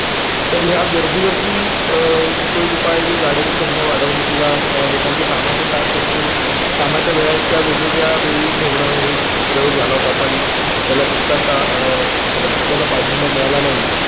तर ह्या गर्दीवरती तो एक उपाय आहे की गाड्यांची संख्या वाढवणं किवा लोकांचे कामाचे तास आहेत ते कामाच्या वेळा आहेत त्या वेगवेगळ्या वेळी ठेवणं हे एक प्रयोग झाला होता पण त्याला तितकासा त्याला तितकासा पाठिंबा मिळाला नाही